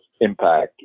impact